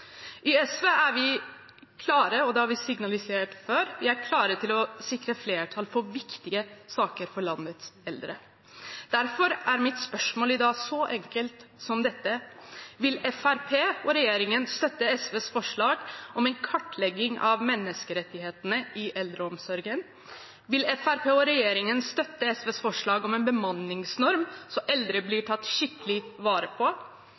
I SV er vi klare til – og det har vi signalisert før – å sikre flertall for viktige saker for landets eldre. Derfor er mitt spørsmål i dag så enkelt som dette: Vil Fremskrittspartiet og regjeringen støtte SVs forslag om en kartlegging av menneskerettighetene i eldreomsorgen? Vil Fremskrittspartiet og regjeringen støtte SVs forslag om en bemanningsnorm, så eldre blir tatt skikkelig vare på?